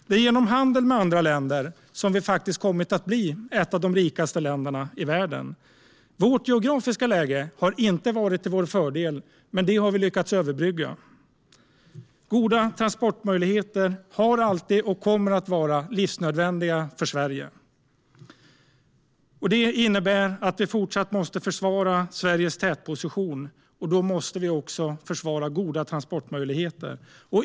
Det är genom handel med andra länder som vi har kommit att bli ett av de rikaste länderna i världen. Vårt geografiska läge har inte varit till vår fördel, men det har vi lyckats överbrygga. Goda transportmöjligheter har alltid varit och kommer alltid att vara livsnödvändiga för Sverige. Vi måste fortsätta att försvara Sveriges tätposition. Då måste vi också försvara goda transportmöjligheter.